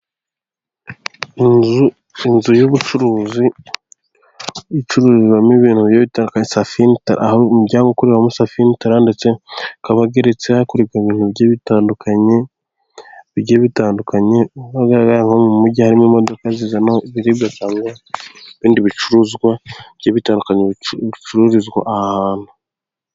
Inzu y'ubucuruzi icururizwamo ibintu umuryango ndetse ikabageretse hakurirwa ibintu bitandukanye bigiye bitandukanye. Ahagaragara nko mu mujyi harimo imodoka zirimo ibiribwa cyangwa ibindi bicuruzwa bitandukanye bicururizwa ahantu.